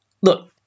Look